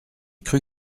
cru